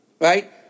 right